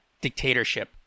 dictatorship